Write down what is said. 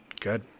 Good